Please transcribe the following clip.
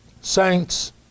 Saints